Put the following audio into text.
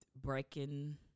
breaking